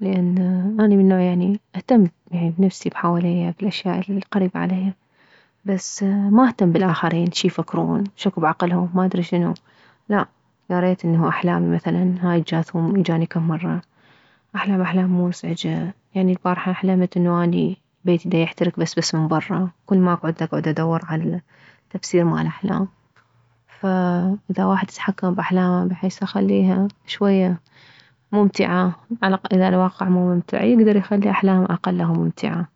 لان اني من نوع يعني اهتم بنفسي بحواليه بالاشياء القريبة عليه بس ما اهتم بالاخرين شيفكرون شكو بعقلهم لا ياريت انه احلامي مثلا هاي الجاثوم اجاني كم مرة احلم احلام مزعجة يعني البارحة حلمت انه اني بيتي ديحترك بس بس من بره كلما اكعد اكعد ادور على التفسير مالاحلام فاذا واحد يتجحم باحلامه بحيث يخليها شوية ممتعة على الاقل اذا الواقع مو ممتع فيكدر يخلي احلامه اقله ممتعة